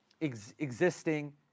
existing